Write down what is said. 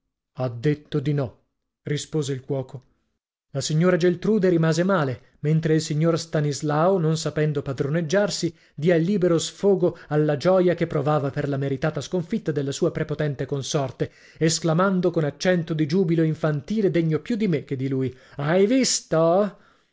ha detto di no rispose il cuoco la signora geltrude rimase male mentre il signor stanislao non sapendo padroneggiarsi diè libero sfogo alla gioia che provava per la meritata sconfitta della sua prepotente consorte esclamando con accento di giubilo infantile degno più di me che di lui hai visto